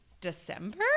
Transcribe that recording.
december